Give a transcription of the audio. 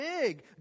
big